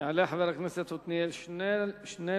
יעלה חבר הכנסת עתניאל שנלר,